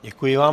Děkuji vám.